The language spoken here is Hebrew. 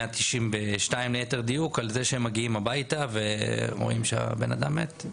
192 שקלים ליתר דיוק כשהם מגיעים לבית ורואים שהבן אדם מת.